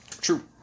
True